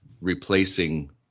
replacing